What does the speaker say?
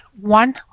one